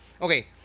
Okay